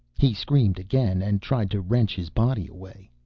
he screamed again and tried to wrench his body away.